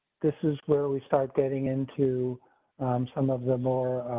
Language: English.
this is, where are we start getting into some of the more.